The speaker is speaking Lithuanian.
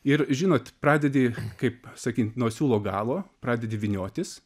ir žinot pradedi kaip sakyt nuo siūlo galo pradedi vyniotis